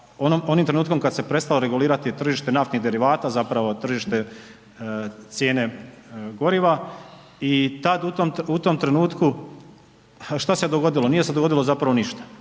onim trenutkom kad se prestalo regulirati tržište naftnih derivata zapravo tržište cijene goriva i tad u tom trenutku, ha šta se dogodilo? Nije se dogodilo zapravo ništa